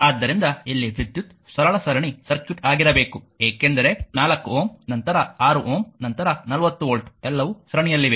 ಆದ್ದರಿಂದ ಇಲ್ಲಿ ವಿದ್ಯುತ್ ಸರಳ ಸರಣಿ ಸರ್ಕ್ಯೂಟ್ ಆಗಿರಬೇಕು ಏಕೆಂದರೆ 4Ω ನಂತರ 6Ω ನಂತರ 40 ವೋಲ್ಟ್ ಎಲ್ಲವೂ ಸರಣಿಯಲ್ಲಿವೆ